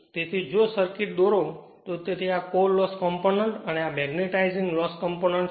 તેથી જો સર્કિટ દોરો તો તેથી આ તે કોર લોસ કોમ્પોનન્ટ અને આ મેગ્નેટાઇઝિંગ લોસ કોમ્પોનન્ટ છે